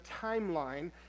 timeline